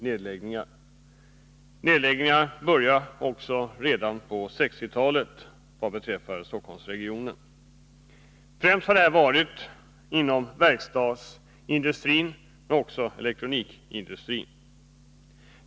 Nedläggningarna började redan på 1960-talet vad gäller Stockholmsregionen. Främst har det gällt verkstadsindustrin och elektronikindustrin.